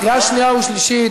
קריאה שנייה ושלישית